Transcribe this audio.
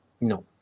No